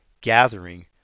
gathering